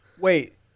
Wait